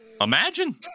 Imagine